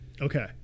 Okay